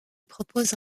propose